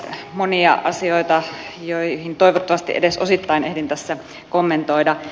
monia asioita joihin toivottavasti edes osittain ehdin tässä kommentoida